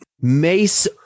Mace